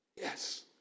Yes